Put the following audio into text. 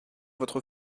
votre